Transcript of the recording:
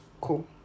cool